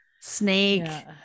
snake